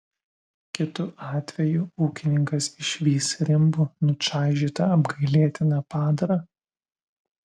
kitu atveju ūkininkas išvys rimbu nučaižytą apgailėtiną padarą